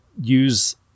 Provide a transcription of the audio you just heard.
use